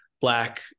black